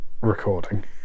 recording